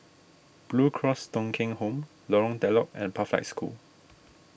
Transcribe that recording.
Blue Cross Thong Kheng Home Lorong Telok and Pathlight School